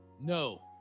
No